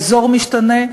האזור משתנה,